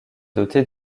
dotée